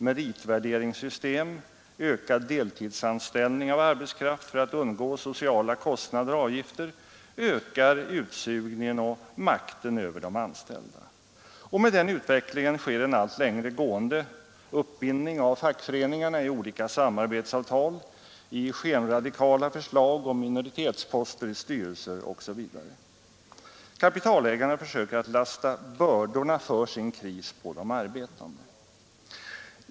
Meritvärderingssystem, ökad deltidsanställning av arbetskraft för att undgå sociala kostnader och avgifter ökar utsugningen och makten över de anställda. Med denna utveckling sker en allt längre gående uppbindning av fackföreningarna i olika samarbetsavtal, i skenradikala förslag om minoritetsposter i styrelser osv. Kapitalägarna försöker att lasta bördorna för sin kris på de arbetande.